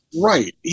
Right